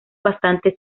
bastante